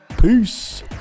peace